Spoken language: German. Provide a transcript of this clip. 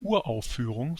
uraufführung